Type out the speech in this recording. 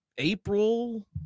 April